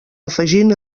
afegint